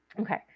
okay